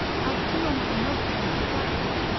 ad summam inopiam redactus,